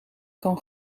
kan